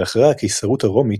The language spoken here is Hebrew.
ולאחריה הקיסרות הרומית,